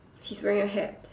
he's wearing a hat